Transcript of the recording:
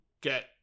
get